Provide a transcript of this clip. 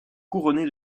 couronnée